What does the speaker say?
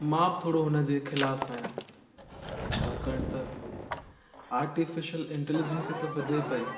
मां बि थोरो हुन जे ख़िलाफ़ु आहियां छाकाणि त आर्टिफिशल इंटलीजंसी त वधे पई